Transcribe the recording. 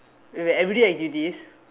wait wait everyday I do this